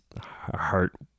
heart